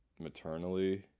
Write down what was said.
maternally